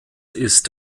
ist